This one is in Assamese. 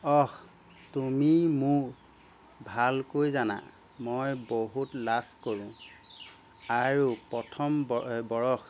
অহ তুমি মোক ভালকৈ জানা মই বহুত লাজ কৰো আৰু প্ৰথম ব বৰষ